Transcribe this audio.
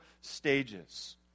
stages